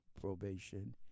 probation